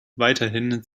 weiterhin